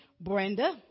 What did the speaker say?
Brenda